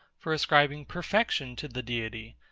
for ascribing perfection to the deity,